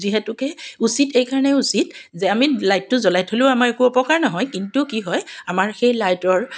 যিহেতুকে উচিত এই কাৰণে উচিত যে আমি লাইটটো জ্বলাই থলেও আমাৰ একো অপকাৰ নহয় কিন্তু কি হয় আমাৰ সেই লাইটৰ